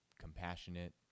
compassionate